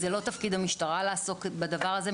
זה לא תפקיד המשטרה לעסוק בדבר הזה.